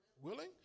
willing